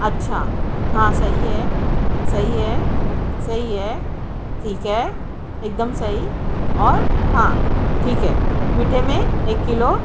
اچھا ہاں صحیح ہے صحیح ہے صحیح ہے ٹھیک ہے ایک دم صحیح اور ہاں ٹھیک ہے میٹھے میں ایک کلو